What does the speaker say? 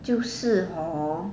就是 hor